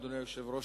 אדוני היושב-ראש,